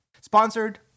Sponsored